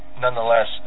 nonetheless